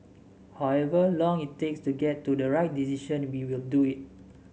however long it takes to get to the right decision we will do it